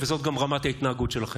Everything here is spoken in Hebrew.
מה נתניהו רוצה?